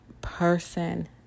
person